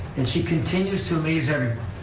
and she continues to amaze everyone.